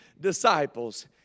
disciples